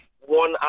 one